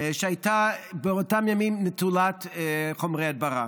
שהייתה באותם ימים נטולת חומרי הדברה.